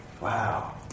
Wow